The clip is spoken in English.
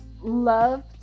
love